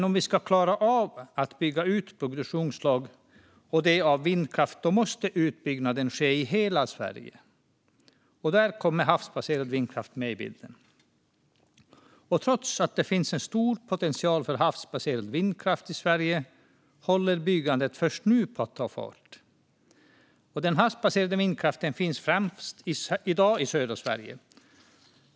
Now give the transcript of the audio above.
Om vi ska klara att bygga ut produktionsslag, bland annat vindkraft, måste utbyggnaden ske i hela Sverige. Och där kommer havsbaserad vindkraft in i bilden. Trots att det finns en stor potential för havsbaserad vindkraft i Sverige håller byggandet först nu på att ta fart. Den havsbaserade vindkraften finns i dag främst i södra Sverige.